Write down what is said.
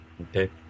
Okay